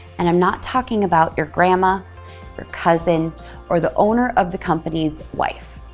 and i'm not talking about your grandma or cousin or the owner of the company's wife.